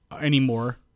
anymore